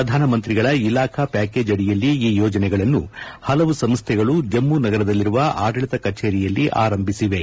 ಪ್ರಧಾನಮಂತ್ರಿಗಳ ಇಲಾಖಾ ಪ್ಯಾಕೇಜ್ ಅಡಿಯಲ್ಲಿ ಈ ಯೋಜನೆಗಳನ್ನು ಹಲವು ಸಂಸ್ವೆಗಳು ಜಮ್ಮು ನಗರದಲ್ಲಿರುವ ಆಡಳಿತ ಕಚೇರಿಯಲ್ಲಿ ಆರಂಭಿಸಿವೆ